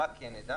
אנחנו כן נדע